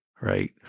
right